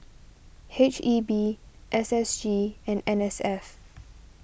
H E B S S G and N S F